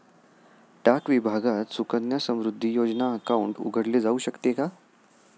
डाक विभागात सुकन्या समृद्धी योजना अकाउंट उघडले जाऊ शकते का?